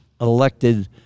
elected